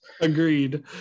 Agreed